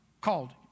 called